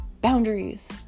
boundaries